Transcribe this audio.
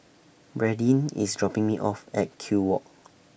Bradyn IS dropping Me off At Kew Walk